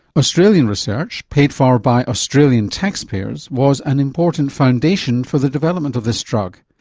australian research paid for by australian taxpayers was an important foundation for the development of this drug,